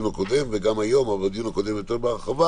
הקודם וגם היום בדיון הקודם יותר בהרחבה